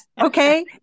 Okay